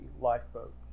lifeboat